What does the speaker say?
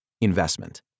Investment